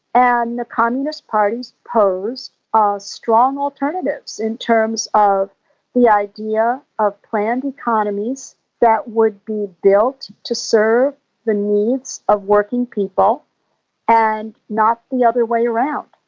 and the communist parties posed ah strong alternatives in terms of the idea of planned economies that would be built to serve the needs of working people and not the other way around.